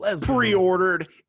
pre-ordered